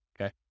okay